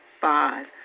five